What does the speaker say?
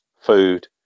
food